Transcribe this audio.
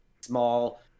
small